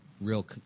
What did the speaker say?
real